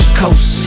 coast